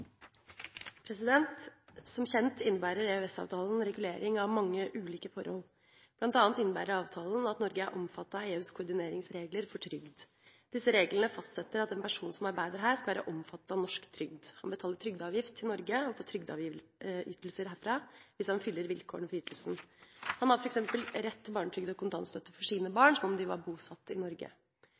av EUs koordineringsregler for trygd. Disse reglene fastsetter at en person som arbeider her, skal være omfattet av norsk trygd. Han betaler trygdeavgift til Norge og får trygdeytelser herfra hvis han fyller vilkårene for ytelsen. Han har f.eks. rett til barnetrygd og kontantstøtte for sine barn som om de var bosatt i Norge.